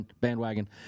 bandwagon